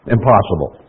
Impossible